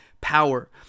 power